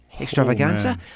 extravaganza